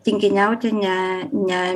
tinginiauti ne ne